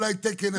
אולי תקן אחד וחצי.